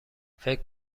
فکر